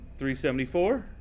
374